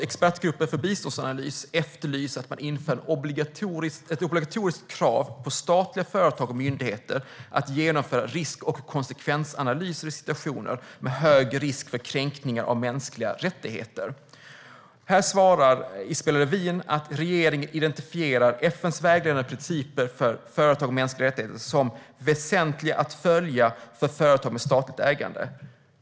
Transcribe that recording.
Expertgruppen för biståndsanalys efterlyser att man inför ett obligatoriskt krav på statliga företag och myndigheter att genomföra risk och konsekvensanalyser i situationer med hög risk för kränkningar av mänskliga rättigheter. I sitt svar säger Isabella Lövin att regeringen identifierar FN:s vägledande principer för företag och mänskliga rättigheter som väsentliga att följa för företag med statligt ägande.